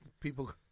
people